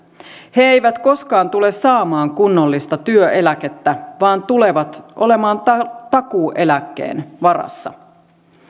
he eivät koskaan tule saamaan kunnollista työeläkettä vaan tulevat olemaan takuueläkkeen varassa